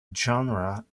genre